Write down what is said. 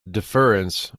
deference